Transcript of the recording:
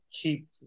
Keep